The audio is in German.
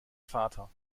vater